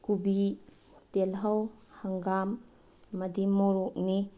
ꯀꯣꯕꯤ ꯇꯤꯜꯂꯧ ꯍꯪꯒꯥꯝ ꯑꯃꯗꯤ ꯃꯣꯔꯣꯛꯅꯤ